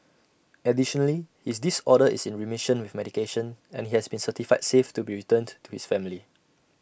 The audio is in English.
additionally his disorder is in remission with medication and he has been certified safe to be returned to his family